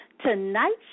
Tonight's